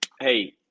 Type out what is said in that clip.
hey